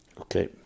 Okay